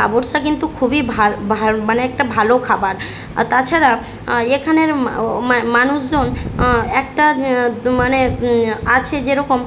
বাবরসা কিন্তু খুবই ভাল্ ভাল্ মানে একটা ভালো খাবার তাছাড়া এখানের মা ও মা মানুষজন একটা মানে আছে যেরকম